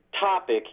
topic